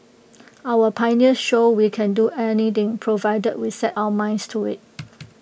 our pioneers showed we can do anything provided we set our minds to IT